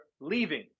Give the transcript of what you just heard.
leaving